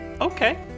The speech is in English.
okay